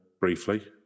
Briefly